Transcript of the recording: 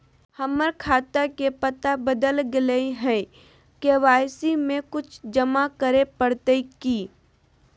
हमर घर के पता बदल गेलई हई, के.वाई.सी में कुछ जमा करे पड़तई की?